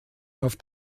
auf